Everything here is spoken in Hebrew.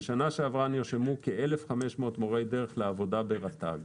בשנה שעברה נרשמו כ-1,500 מורי דרך לעבודה ברשות הטבע והגנים.